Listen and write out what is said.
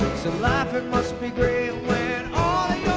life it must be great when all of